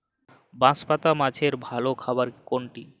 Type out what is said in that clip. বাঁশপাতা মাছের ভালো খাবার কোনটি?